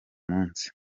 munsi